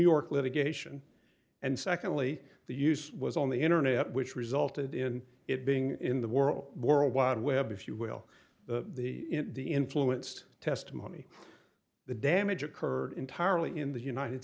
york litigation and secondly the use was on the internet which resulted in it being in the world world wide web if you will the influenced testimony the damage occurred entirely in the united